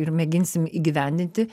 ir mėginsim įgyvendinti